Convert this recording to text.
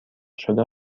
شده